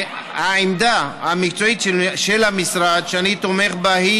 העמדה המקצועית של המשרד, שאני תומך בה,